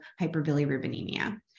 hyperbilirubinemia